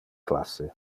classe